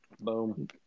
Boom